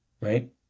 Right